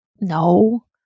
No